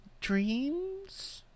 dreams